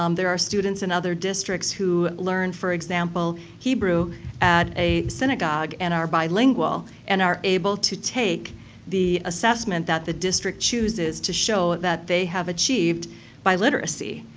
um there are students in other districts who learn, for example, hebrew in a synagogue and are bilingual and are able to take the assessment that the district chooses to show that they have achieved biliteracy.